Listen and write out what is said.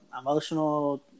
emotional